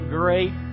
great